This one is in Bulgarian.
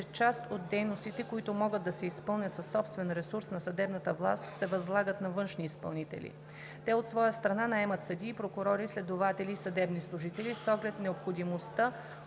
че част от дейностите, които могат да се изпълнят със собствения ресурс на съдебната власт, се възлагат на външни изпълнители. Те, от своя страна, наемат съдии, прокурори, следователи и съдебни служители с оглед необходимостта